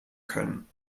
können